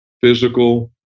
physical